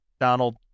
Donald